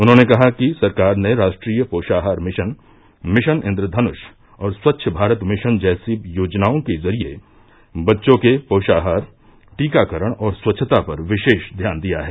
उन्होंने कहा कि सरकार ने राष्ट्रीय पोषाहार मिशन मिशन इन्द्रधनुष और स्वच्छ भारत मिशन जैसी योजनाओं के जरिये बच्चों के पोषाहार टीकाकरण और स्वच्छता पर विशेष ध्यान दिया है